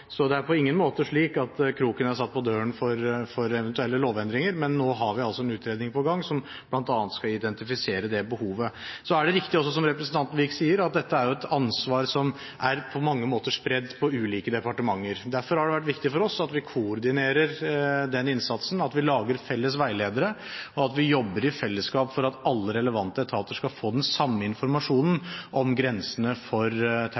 Så er det riktig også som representanten Wiik sier, at dette er et ansvar som på mange måter er spredt på ulike departementer. Derfor har det vært viktig for oss at vi koordinerer innsatsen, at vi lager felles veiledere, og at vi jobber i fellesskap for at alle relevante etater skal få den samme informasjonen om grensene for